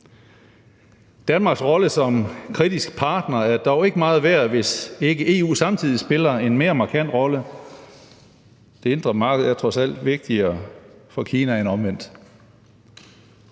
Danmarks rolle som kritisk partner er dog ikke meget værd, hvis ikke EU samtidig spiller en mere markant rolle. Det indre marked er trods alt vigtigere for Kina end omvendt.